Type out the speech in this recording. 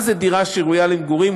מה זה דירה ראויה למגורים?